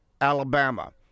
Alabama